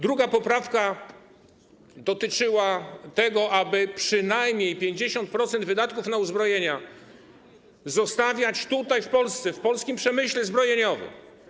Druga poprawka dotyczyła tego, aby przynajmniej 50% wydatków na uzbrojenie zostawiać tutaj, w Polsce, w polskim przemyśle zbrojeniowym.